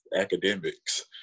academics